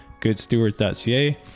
goodstewards.ca